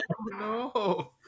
No